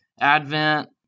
Advent